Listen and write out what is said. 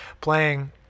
playing